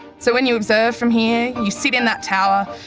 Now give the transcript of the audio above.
so when you observe from here, you sit in that tower,